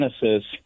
Genesis